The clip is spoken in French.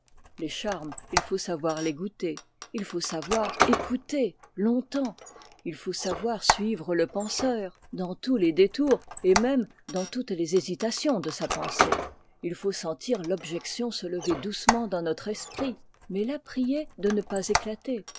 les charmes il faut savoir les goûter il faut savoir écouter longtemps il faut savoir suivre le penseur dans tous les détours et même dans toutes les hésitations de sa pensée il faut sentir l'objection se lever doucement dans notre esprit mais la prier de ne pas éclater